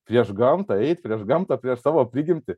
prieš gamtą eit prieš gamtą prieš savo prigimtį